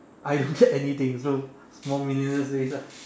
I don't get anything so small meaningless ways lah